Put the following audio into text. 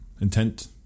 intent